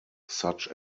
such